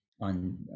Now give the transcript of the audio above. on